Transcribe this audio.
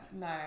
no